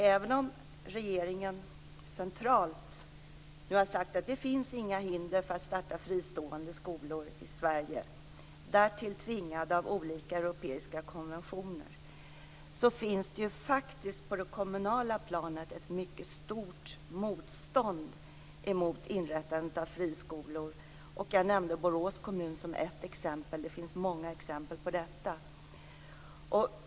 Även om regeringen centralt har sagt att det inte finns några hinder för att starta fristående skolor i Sverige, därtill tvingad av olika europeiska konventioner, finns det ju faktiskt ett mycket stort motstånd på det kommunala planet mot inrättandet av friskolor. Jag nämnde Borås kommun som ett exempel. Det finns många exempel på detta.